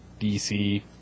dc